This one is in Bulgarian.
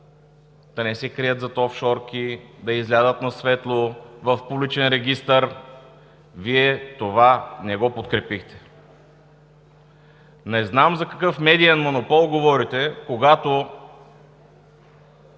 да не се крият зад офшорки, да излязат на светло, в публичен регистър – Вие това не го подкрепихте. Не знам за какъв медиен монопол говорите, когато